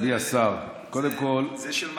אדוני השר, קודם כול, זה של מכות,